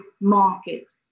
market